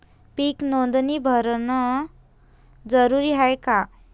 पीक नोंदनी भरनं जरूरी हाये का?